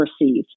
received